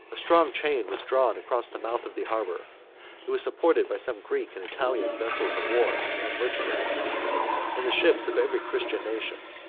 a strong chain was drawn across the mouth of the harbor it was supported by some greek and italian vessels of war and merchandise and the ships of every christian nation,